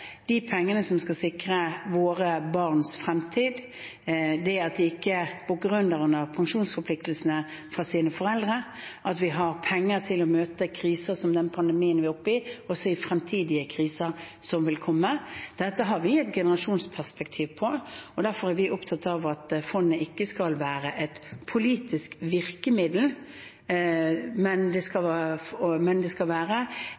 de pengene som skal sikre våre barns fremtid, at de ikke bukker under under pensjonsforpliktelsene fra sine foreldre, og at vi har penger til å møte kriser som den pandemien vi er oppe i, også i fremtidige kriser som vil komme. Dette har vi et generasjonsperspektiv på. Derfor er vi opptatt av at fondet ikke skal være et politisk virkemiddel, men det skal være